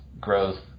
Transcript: growth